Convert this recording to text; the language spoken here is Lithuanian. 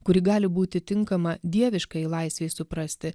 kuri gali būti tinkama dieviškai laisvei suprasti